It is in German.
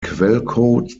quellcode